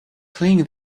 cleaning